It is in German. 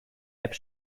app